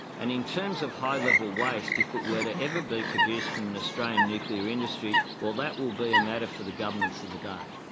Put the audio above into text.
and in terms of high-level waste if it were to ever be produced from an australian nuclear industry well that will be a matter for the governments of the day.